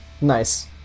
Nice